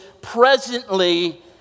presently